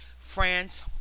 France